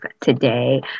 today